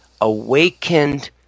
awakened